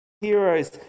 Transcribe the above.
heroes